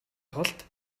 тулд